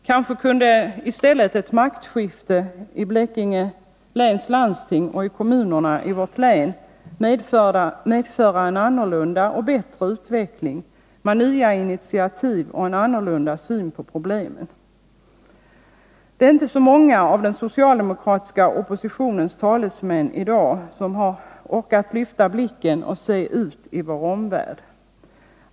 Kanske kunde i stället ett maktskifte i Blekinge läns landsting och kommunerna i vårt län medföra en annorlunda och bättre utveckling med nya initiativ och en annorlunda syn på problemen. Det är inte så många av den socialdemokratiska oppositionens talesmän i dag som har orkat lyfta blicken och se ut i vår omvärld.